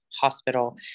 hospital